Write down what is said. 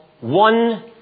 one